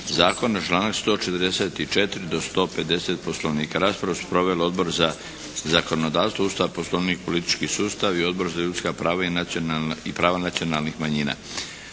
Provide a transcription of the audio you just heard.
zakona, članak 144. do 150. poslovnika. Raspravu su proveli Odbor za zakonodavstvo, Ustav, poslovnik i politički sustav i Odbor za ljudska prava i prava nacionalnih manjina.